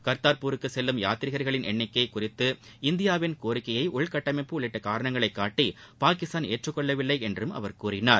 கர்த்தாப்பூருக்கு செல்லும் யாத்திரீகர்களின் எண்ணிக்கை குறித்து இந்தியாவின் கோரிக்கையை உள்கட்டமைப்பு உள்ளிட்ட காரணங்களை காட்டி பாகிஸ்தான் ஏற்றுக்கொள்ளவில்லை என்றும் அவர் கூறினார்